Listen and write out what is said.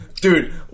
Dude